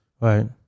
Right